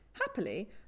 Happily